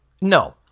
No